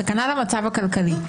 סכנה למצב הכלכלי.